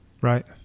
Right